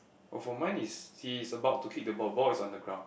oh for mine it's he's about to kick the ball ball is on the ground